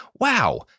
Wow